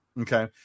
okay